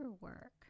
work